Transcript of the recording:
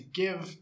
give